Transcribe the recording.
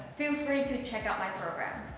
feel free to check out my program.